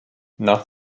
nach